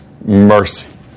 Mercy